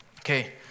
Okay